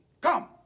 Come